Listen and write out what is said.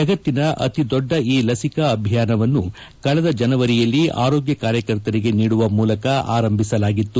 ಜಗತ್ತಿನ ಅತಿ ದೊಡ್ಡ ಈ ಲಸಿಕೆ ಅಭಿಯಾನವನ್ನು ಕಳೆದ ಜನವರಿಯಲ್ಲಿ ಆರೋಗ್ಡ ಕಾರ್ಯಕರ್ತರಿಗೆ ನೀಡುವ ಮೂಲಕ ಆರಂಭಿಸಲಾಗಿತ್ತು